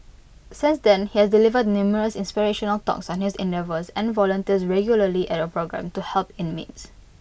since then he has delivered numerous inspirational talks on his endeavours and volunteers regularly at A programme to help inmates